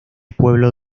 pueblo